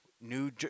new